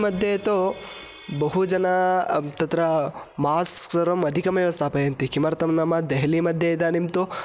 मध्ये तु बहुजनाः तत्र मास्क् सर्वम् अधिकमेव स्थापयन्ति किमर्थं नाम देहली मध्ये इदानीं तु